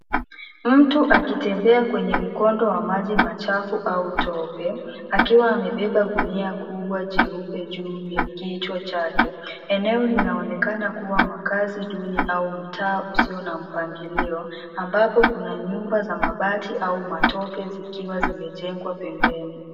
Mtu akitembea kwenye mkondo wa maji machafu au tope, akiwa amebeba gunia kubwa jeupe juu ya kichwa chake. Eneo linaonekana kuwa makazi duni au mtaa usio na mpangilio, ambapo kuna nyumba za mabati au matope zikiwa zimejengwa pembeni.